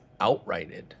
outrighted